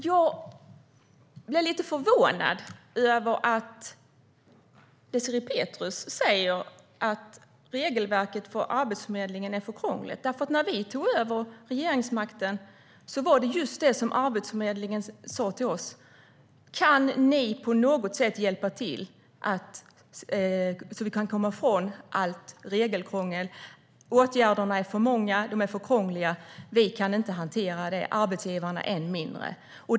Jag blir lite förvånad över att Désirée Pethrus säger att regelverket för Arbetsförmedlingen är för krångligt, för när vi tog över regeringsmakten frågade Arbetsförmedlingen oss: Kan ni på något sätt hjälpa till så att vi kan komma ifrån allt regelkrångel? Åtgärderna är för många, och de är för krångliga. Vi kan inte hantera det, och arbetsgivarna kan det än mindre.